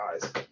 guys